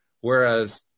Whereas